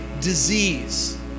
disease